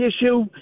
issue